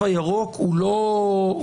התו הירוק הוא לא חוק-יסוד.